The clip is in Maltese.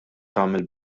tagħmel